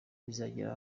bizagera